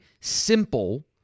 simple